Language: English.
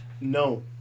No